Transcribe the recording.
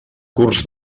curs